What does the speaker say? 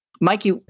Mikey